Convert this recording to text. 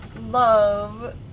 love